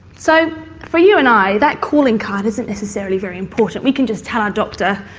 so for you and i that calling card isn't necessarily very important, we can just tell our doctor,